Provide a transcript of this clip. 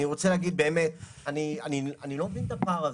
אני רוצה להגיד, באמת: אני לא מבין את הפער הזה.